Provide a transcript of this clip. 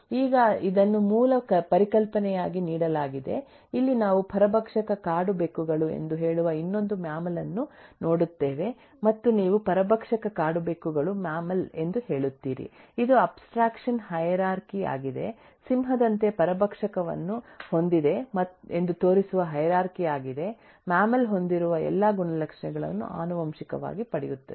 ಈಗ ಇದನ್ನು ಮೂಲ ಪರಿಕಲ್ಪನೆಯಾಗಿ ನೀಡಲಾಗಿದೆ ಇಲ್ಲಿ ನಾವು ಪರಭಕ್ಷಕ ಕಾಡು ಬೆಕ್ಕುಗಳು ಎಂದು ಹೇಳುವ ಇನ್ನೊಂದು ಮ್ಯಾಮ್ಮಲ್ ಅನ್ನು ನೋಡುತ್ತೇವೆ ಮತ್ತು ನೀವು ಪರಭಕ್ಷಕ ಕಾಡು ಬೆಕ್ಕುಗಳು ಮ್ಯಾಮ್ಮಲ್ ಎಂದು ಹೇಳುತ್ತೀರಿ ಇದು ಅಬ್ಸ್ಟ್ರಾಕ್ಷನ್ ಹೈರಾರ್ಕಿ ಆಗಿದೆ ಸಿಂಹದಂತೆ ಪರಭಕ್ಷಕವನ್ನು ಹೊಂದಿದೆ ಎಂದು ತೋರಿಸುವ ಹೈರಾರ್ಕಿ ಆಗಿದೆ ಮ್ಯಾಮ್ಮಲ್ ಹೊಂದಿರುವ ಎಲ್ಲಾ ಗುಣಲಕ್ಷಣಗಳನ್ನು ಆನುವಂಶಿಕವಾಗಿ ಪಡೆಯುತ್ತದೆ